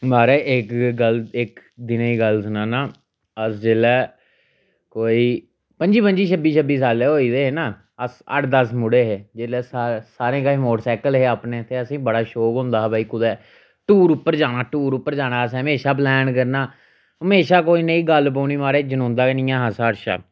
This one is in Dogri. महाराज इक गल्ल इक दिनें दी गल्ल सनानां अस जेल्लै कोई पंजी पंजी छब्बी छब्बी सालें दे होई गेदे हे ना अस अट्ठ दस मुड़े हे जेल्लै सा सारें कश मोटरसाईकल हे अपने ते असेंगी बड़ा शौक होंदा हा के भई कुतै टूर उप्पर जाना टूर उप्पर जाना असें हमेशा प्लैन करना हमेशा कोई नेही गल्ल बनोनी महाराज जनोंदा गै नेहा साढ़ा शा